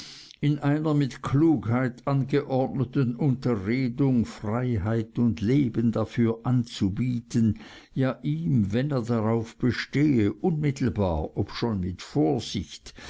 in einer mit klugheit angeordneten unterredung freiheit und leben dafür anzubieten ja ihm wenn er darauf bestehe unmittelbar obschon mit vorsicht